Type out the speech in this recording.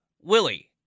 Willie